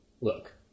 look